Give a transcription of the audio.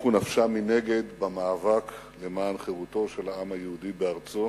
שהשליכו נפשם מנגד במאבק למען חירותו של העם היהודי בארצו,